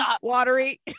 watery